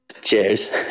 Cheers